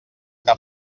que